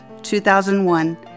2001